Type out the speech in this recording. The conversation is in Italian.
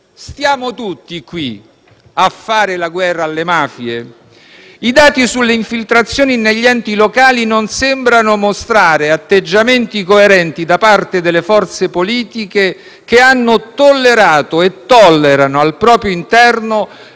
stiamo tutti qui a fare la guerra alle mafie? I dati sulle infiltrazioni negli enti locali non sembrano mostrare atteggiamenti coerenti da parte delle forze politiche che hanno tollerato e tollerano al proprio interno